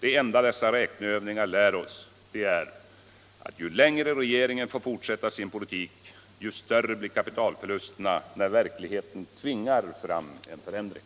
Det enda dessa räkneövningar lär oss är att ju längre regeringen får fortsätta sin politik, desto större blir kapitalförlusterna när verkligheten tvingar fram en förändring.